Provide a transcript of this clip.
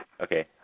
Okay